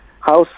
House